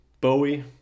Bowie